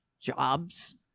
jobs